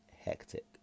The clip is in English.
hectic